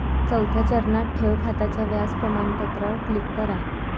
चौथ्या चरणात, ठेव खात्याच्या व्याज प्रमाणपत्रावर क्लिक करा